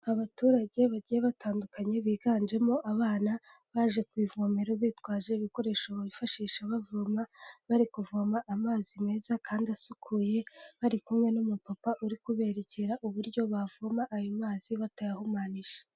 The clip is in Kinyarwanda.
Abaturage bagiye batandukanye biganjemo abana baje ku ivomero bitwaje ibikoresho babifashisha bavoma, bari kuvoma amazi meza kandi asukuye, bari kumwe n'umupapa uri kuberekera uburyo bavoma ayo mazi batayahumanije.